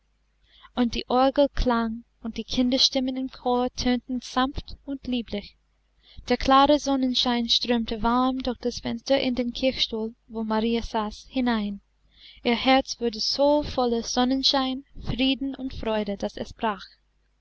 und die orgel klang und die kinderstimmen im chor tönten sanft und lieblich der klare sonnenschein strömte warm durch das fenster in den kirchstuhl wo marie saß hinein ihr herz wurde so voller sonnenschein frieden und freude daß es brach